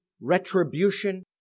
retribution